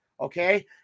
Okay